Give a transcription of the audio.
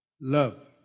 love